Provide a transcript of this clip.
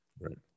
Right